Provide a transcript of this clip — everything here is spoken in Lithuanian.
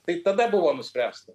tai tada buvo nuspręsta